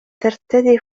ترتدي